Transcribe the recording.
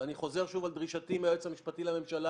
ואני חוזר שוב על דרישתי מהיועץ המשפטי לממשלה